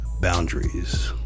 boundaries